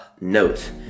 note